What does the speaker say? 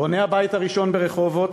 בונה הבית הראשון ברחובות,